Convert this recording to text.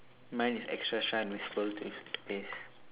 mine is extra shine with pearl toothpaste